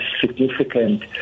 significant